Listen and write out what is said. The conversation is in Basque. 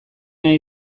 nahi